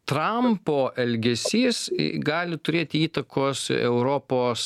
trampo elgesys gali turėti įtakos europos